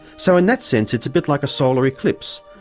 so in that sense it's a bit like a solar eclipse,